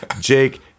Jake